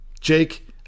Jake